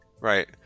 Right